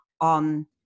on